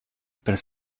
per